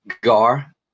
Gar